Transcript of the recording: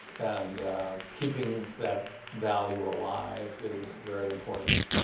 and keeping that value alive is very important.